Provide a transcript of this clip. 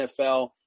NFL